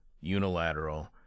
unilateral